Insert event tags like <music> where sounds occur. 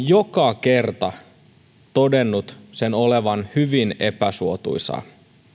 <unintelligible> joka kerta todennut sen olevan hyvin epäsuotuisaa